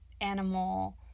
animal